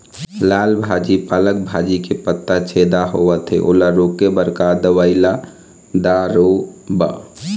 लाल भाजी पालक भाजी के पत्ता छेदा होवथे ओला रोके बर का दवई ला दारोब?